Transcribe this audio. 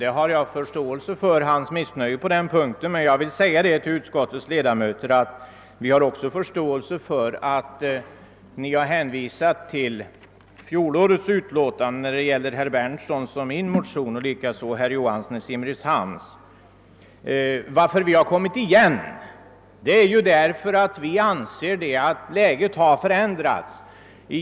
Jag har förståelse för hans missnöje på den punkten, och jag vill säga till utskottets ledamöter att vi även har förståelse för att de har hänvisat till fjolårets utlåtande när det gäller herr Berndtssons och min motion och likaså herr Johanssons i Simrishamn motion. Vi har emellertid återkommit därför att vi anser att läget har förändrats.